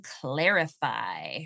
clarify